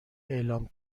اعلام